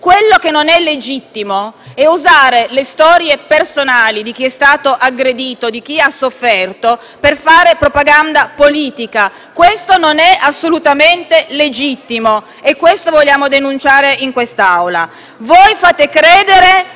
Quello che non è legittimo è usare le storie personali di chi è stato aggredito, di chi ha sofferto, per fare propaganda politica. Questo non è assolutamente legittimo, e questo vogliamo denunciare in quest'Assemblea. Fate credere